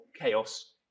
chaos